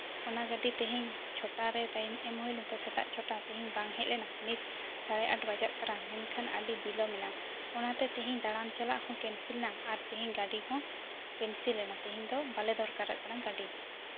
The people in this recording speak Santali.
ᱚᱱᱟ ᱜᱟᱹᱰᱤ ᱛᱮᱦᱮᱧ ᱪᱷᱚᱴᱟᱨᱮ ᱴᱟᱭᱤᱢ ᱮᱢ ᱦᱩᱭ ᱞᱮᱱᱟ ᱥᱮᱛᱟᱜ ᱪᱷᱚᱴᱟ ᱛᱮᱦᱤᱧ ᱵᱟᱝ ᱦᱮᱡ ᱞᱮᱱᱟ ᱱᱤᱛ ᱥᱟᱬᱮ ᱟᱴ ᱵᱟᱡᱟᱜ ᱠᱟᱱᱟ ᱢᱮᱱᱠᱷᱟᱱ ᱟᱹᱰᱤ ᱵᱤᱞᱚᱢ ᱮᱱᱟ ᱚᱱᱟᱛᱮ ᱛᱮᱦᱤᱧ ᱫᱟᱬᱟᱱ ᱪᱟᱞᱟᱜ ᱦᱚᱸ ᱠᱮᱱᱥᱮᱞᱱᱟ ᱟᱨ ᱛᱮᱦᱤᱧ ᱜᱟᱹᱰᱤ ᱦᱚᱸ ᱠᱮᱱᱥᱮᱞ ᱮᱱᱟ ᱛᱮᱦᱮᱧ ᱫᱚ ᱵᱟᱝᱞᱮ ᱫᱚᱨᱠᱟᱨᱟᱜ ᱠᱟᱱᱟ ᱜᱟᱹᱰᱤ